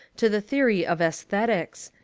to the theory of aesthet ics,